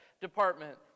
department